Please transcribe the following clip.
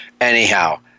Anyhow